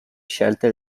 scelte